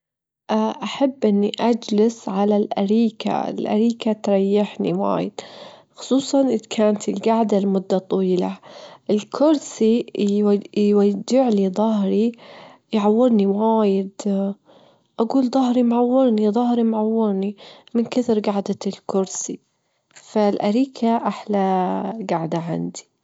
إذا عندي وقت فراغ مدته أسبوع أو ل يوم أجضيه ويا العائلة، ويا ربعي والعيلة، نلتم نتوانس نتسالف، تاني يوم أسافر مكان هادي وأجعد فيه يومين واستجم، باجي الأيام أخصص وقت للقراءة وللتعلم، وأخصص وقت أتعلم فيه شي يديد، وأخصص وجت أشارك فيه برنامج رياضي.